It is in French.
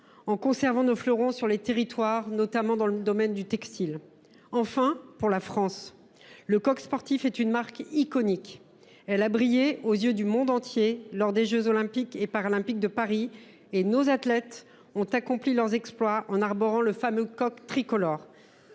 en conservant nos fleurons sur les territoires, notamment dans le domaine du textile. Enfin, pour la France, le Coq Sportif est une marque iconique. Elle a brillé aux yeux du monde entier lors des jeux Olympiques et Paralympiques de Paris, et nos athlètes ont accompli leurs exploits en arborant le fameux coq tricolore.